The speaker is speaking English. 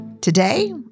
Today